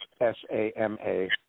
S-A-M-A